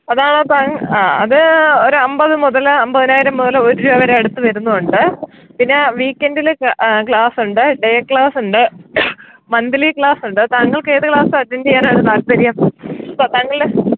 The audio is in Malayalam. അതാണ് അപ്പോള് ആ അത് ഒരമ്പത് മുതല് അമ്പതിനായിരം മുതല് ഒരു രൂപ വരെ അടുത്തുവരുന്നുണ്ട് പിന്നെ വീക്കെൻണ്ടില് ക്ലാസ്സുണ്ട് ഡേ ക്ലാസ്സുണ്ട് മന്തിലി ക്ലാസ്സുണ്ട് താങ്കൾക്ക് ഏത് ക്ലാസ് അറ്റൻഡ് ചെയ്യാനാണ് താല്പര്യം താങ്കളുടെ